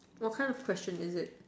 what kind of question is it